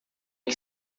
que